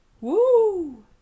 Woo